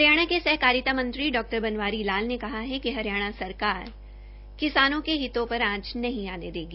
हरियाणा के सहकारिता मंत्री बनवारी लाल ने कहा है कि हरियाणा सरकार किसानों के हितों पर आंच नहीं आने देगी